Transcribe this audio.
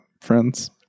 friends